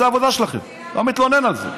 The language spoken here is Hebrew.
זאת העבודה שלכם, לא מתלונן על זה.